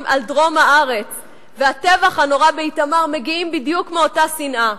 על דרום הארץ והטבח הנורא באיתמר מגיעים בדיוק מאותה שנאה.